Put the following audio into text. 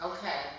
Okay